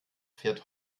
fährt